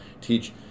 teach